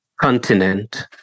continent